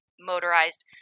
motorized